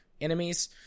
enemies